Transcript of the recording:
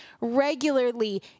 regularly